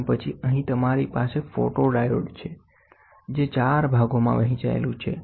અને પછી અહીં તમારી પાસે ફોટોડાયોડ છે જે 4 ભાગોમાં વહેંચાયેલું છે